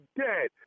dead